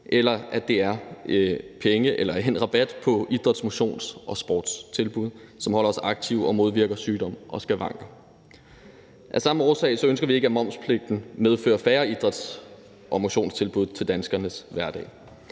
mistrivsel i skolen eller en rabat på idræts-, motions- og sportstilbud, som holder os aktive og modvirker sygdomme og skavanker. Af samme årsag ønsker vi ikke, at momspligten medfører færre idræts- og motionstilbud i danskernes hverdag.